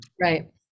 Right